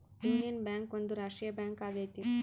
union Bank ಒಂದು ರಾಷ್ಟ್ರೀಯ bank ಆಗೈತಿ